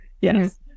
Yes